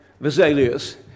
Vesalius